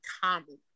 common